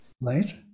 Right